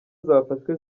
zafashwe